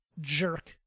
jerk